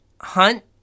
Hunt